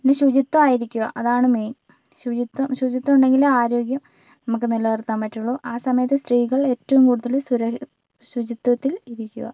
പിന്നെ ശുചിത്വം ആയിരിക്കുക അതാണ് മെയിൻ ശുചിത്വം ശുചിത്വം ഉണ്ടെങ്കിലേ ആരോഗ്യം നമുക്ക് നിലനിർത്താൻ പറ്റുള്ളൂ ആ സമയത്ത് സ്ത്രീകൾ ഏറ്റവും കൂടുതൽ ശുചിത്വത്തിൽ ഇരിക്കുക